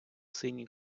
синій